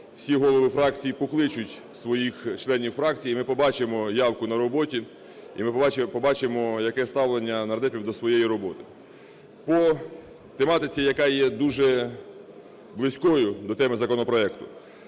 всі голови фракцій покличуть своїх членів фракцій і ми побачимо явку на роботі. І ми побачимо, яке ставлення нардепів до своєї роботи. По тематиці, яка є дуже близькою до теми законопроекту.